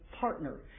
partner